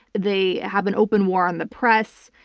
they have an open war on the press.